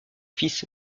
fils